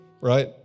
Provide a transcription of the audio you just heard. right